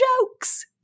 jokes